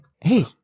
Hey